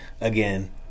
Again